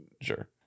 sure